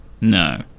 No